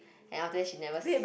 and after that she never